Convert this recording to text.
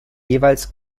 jeweils